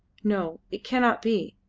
no, it cannot be.